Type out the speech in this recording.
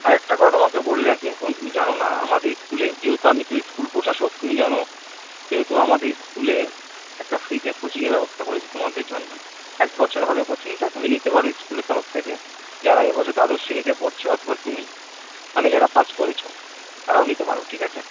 আর একটা কথা তোমাকে বলে রাখি এখন তুমি জানো না আমাদের স্কুলে যেহেতু আমি তো ইস্কুল প্রশাসক তুমি জানো সেহেতু আমাদের স্কুলে একটা ফ্রীতে কোচিংয়ের ব্যবস্থা করেছি তোমাদের জন্য একবছর হবে কোচিংটা তুমি নিতে পারো স্কুলের তরফ থেকে যারা এইবছর দ্বাদশ শ্রেণীতে পড়ছো অথবা তুমি মানে যারা পাশ করেছ তারাও নিতে পারো ঠিক আছে